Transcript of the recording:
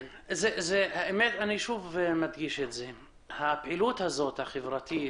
אני שוב מדגיש שהפעילות החברתית,